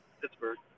Pittsburgh